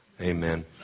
Amen